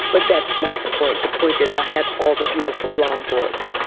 but that's not the point, the point is i had all the beautiful blonde boys.